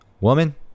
woman